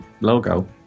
logo